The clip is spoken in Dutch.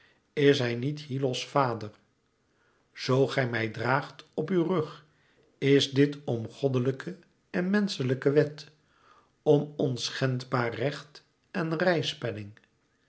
is hij niet hyllos vader zoo gij mij draagt op uw rug is dit om goddelijke en menschelijke wet om onschendbaar recht en